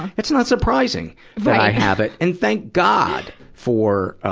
it's not surprising that i have it. and thank god for, ah,